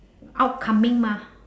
upcoming mah